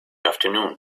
afternoon